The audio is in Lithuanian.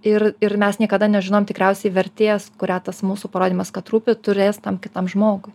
ir ir mes niekada nežinom tikriausiai vertės kurią tas mūsų parodymas kad rūpi turės tam kitam žmogui